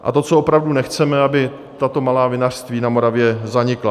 A to, co opravdu nechceme, aby tato malá vinařství na Moravě zanikla.